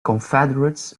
confederates